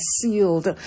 sealed